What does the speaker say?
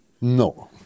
No